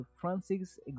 Francis